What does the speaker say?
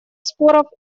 споров